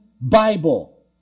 Bible